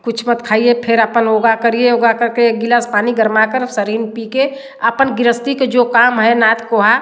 कुछ मत खाइये फिर अपन योगा करिये योगा करके एक गिलास पानी गरमा कर पीके अपन गृहस्ती के जो काम है